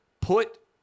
put